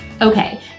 Okay